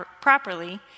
properly